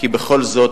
כי בכל זאת,